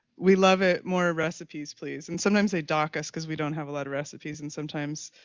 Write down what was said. we love it, more recipes please. and sometimes, they dock us because we don't have a lot of recipes. and sometimes,